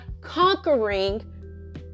conquering